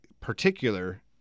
particular